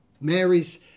Mary's